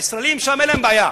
לישראלים שם אין בעיה,